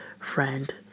friend